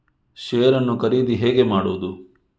Share ನ್ನು ಖರೀದಿ ಹೇಗೆ ಮಾಡುವುದು?